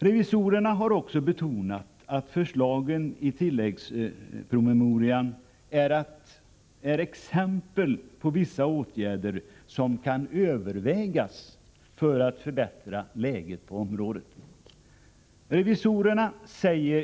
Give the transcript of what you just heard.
Revisorerna har betonat att förslagen i tilläggspromemorian är exempel på vissa åtgärder som kan övervägas för att förbättra läget på området.